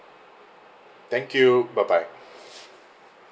thank you bye bye